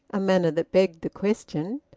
a manner that begged the question,